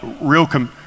real